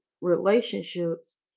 relationships